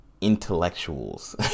intellectuals